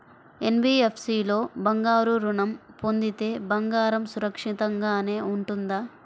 NBFC లో బంగారు ఋణం పొందితే బంగారం సురక్షితంగానే ఉంటుందా?